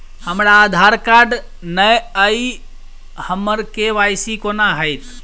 हमरा आधार कार्ड नै अई हम्मर के.वाई.सी कोना हैत?